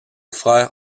frère